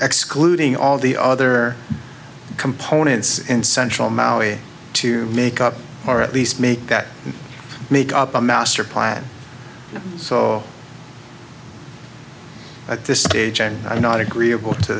excluding all the other components in central maui to make up or at least make that make up a master plan so at this stage i'm not agreeable to